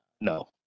No